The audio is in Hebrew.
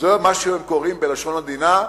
וזה מה שהם קוראים בלשון עדינה: